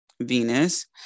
Venus